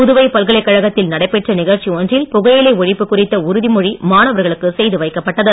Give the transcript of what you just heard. புதுவை பல்கலைக்கழகத்தில் நடைபெற்ற நிகழ்ச்சி ஒன்றில் புகையிலை ஒழிப்பு குறித்த உறுதிமொழி மாணவர்களுக்கு செய்து வைக்கப்பட்டது